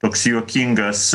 toks juokingas